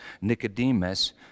Nicodemus